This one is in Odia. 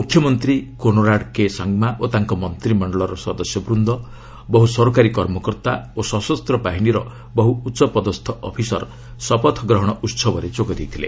ମୁଖ୍ୟମନ୍ତ୍ରୀ କୋନରାଡ୍ କେ ସାଙ୍ଗମା ଓ ତାଙ୍କ ମନ୍ତିମଶ୍ଚଳର ସଦସ୍ୟ ବୃନ୍ଦ ବହୁ ସରକାରୀ କର୍ମକର୍ତ୍ତା ଓ ସଶସ୍ତ ବାହିନୀର ବହୁ ଉଚ୍ଚପଦସ୍ଥ ଅଫିସର ଶପଥ ଗ୍ରହଣ ଉହବରେ ଯୋଗ ଦେଇଥିଲେ